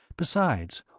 besides,